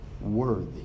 worthy